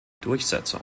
durchsetzung